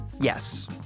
Yes